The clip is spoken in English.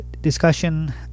discussion